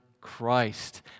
Christ